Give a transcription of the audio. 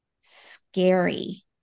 scary